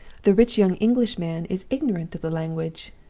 the rich young englishman is ignorant of the language,